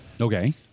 Okay